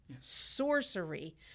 sorcery